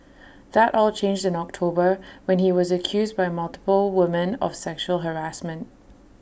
that all changed in October when he was accused by multiple women of sexual harassment